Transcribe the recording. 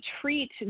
treat